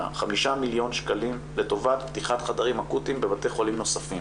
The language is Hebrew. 5 מיליון שקלים לטובת פתיחת חדרים אקוטיים בבתי חולים נוספים.